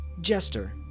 Jester